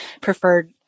preferred